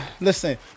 Listen